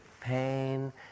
pain